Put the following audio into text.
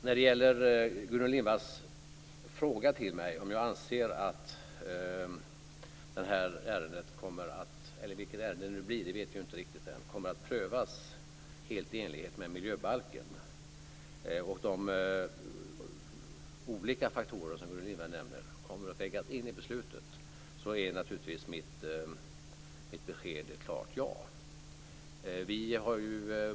När det gäller Gudrun Lindvalls fråga till mig om jag anser att det här - vilket ärende det blir vet vi inte än - kommer att prövas helt i enlighet med miljöbalken och om de olika faktorer som hon nämner kommer att vägas in i beslutet, är mitt besked naturligtvis ett klart ja.